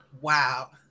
Wow